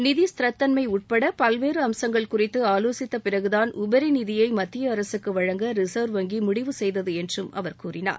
நிதி ஸ்திரத்தன்மை உட்பட பல்வேறு அம்சங்கள் குறித்து ஆலோசித்த பிறகுதான் உபரி நிதியை மத்திய அரசுக்கு வழங்க ரிசர்வ் வங்கி முடிவு செய்தது என்றும் அவர் கூறினார்